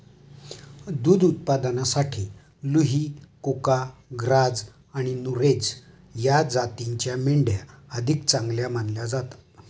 दुध उत्पादनासाठी लुही, कुका, ग्राझ आणि नुरेझ या जातींच्या मेंढ्या अधिक चांगल्या मानल्या जातात